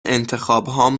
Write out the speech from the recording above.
انتخابهام